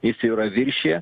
jis yra viršija